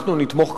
אנחנו נתמוך,